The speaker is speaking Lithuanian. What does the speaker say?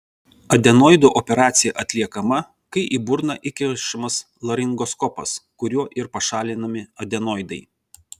adenoidų operacija atliekama kai į burną įkišamas laringoskopas kuriuo ir pašalinami adenoidai